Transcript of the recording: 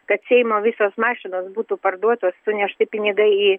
kad seimo visos mašinos būtų parduotos sunešti pinigai į